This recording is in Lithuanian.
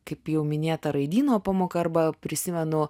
kaip jau minėta raidyno pamoka arba prisimenu